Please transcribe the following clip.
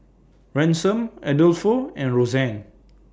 Ransom Adolfo and Rosanne